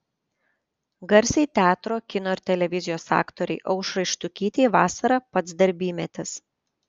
garsiai teatro kino ir televizijos aktorei aušrai štukytei vasara pats darbymetis